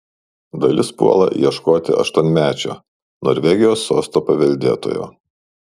dalis puola ieškoti aštuonmečio norvegijos sosto paveldėtojo